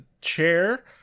chair